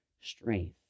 strength